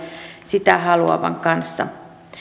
sitä haluavan kanssa